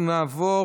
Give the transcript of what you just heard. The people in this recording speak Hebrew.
אנחנו נעבור